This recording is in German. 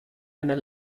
einer